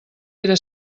era